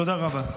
תודה רבה.